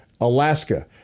Alaska